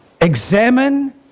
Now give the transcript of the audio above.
examine